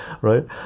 right